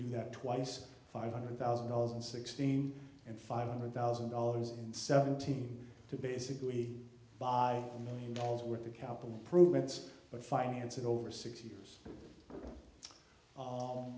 do that twice five hundred thousand dollars and sixteen and five hundred thousand dollars in seventeen to basically buy a million dollars worth of capital improvements but finance it over six years